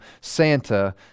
Santa